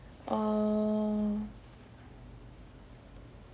oh